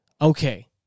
okay